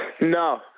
No